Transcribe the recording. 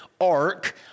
ark